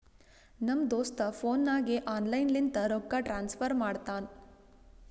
ನಮ್ ದೋಸ್ತ ಫೋನ್ ನಾಗೆ ಆನ್ಲೈನ್ ಲಿಂತ ರೊಕ್ಕಾ ಟ್ರಾನ್ಸಫರ್ ಮಾಡ್ತಾನ